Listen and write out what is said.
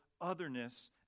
otherness